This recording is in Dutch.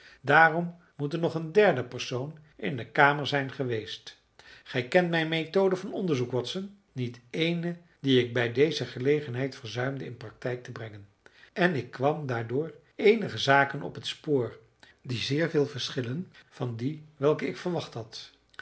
daarom moet er nog een derde persoon in de kamer zijn geweest gij kent mijn methode van onderzoek watson niet eene die ik bij deze gelegenheid verzuimde in praktijk te brengen en ik kwam daardoor eenige zaken op t spoor die zeer veel verschillen van die welke ik verwacht had